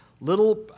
little